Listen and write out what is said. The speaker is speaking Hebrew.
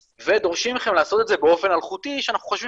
ודורשים מהם לעשות את זה באופן אלחוטי שאנחנו חושבים